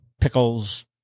pickles